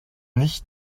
nicht